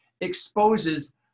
exposes